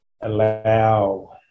allow